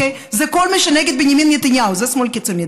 כל מי שנגד בנימין נתניהו זה שמאל קיצוני.